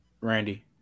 Randy